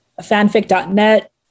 fanfic.net